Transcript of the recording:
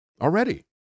already